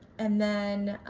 and then